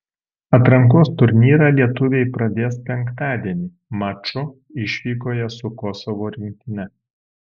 atrankos turnyrą lietuviai pradės penktadienį maču išvykoje su kosovo rinktine